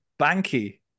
banky